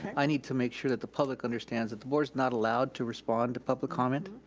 i need to make sure that the public understands that the board is not allowed to respond to public comment,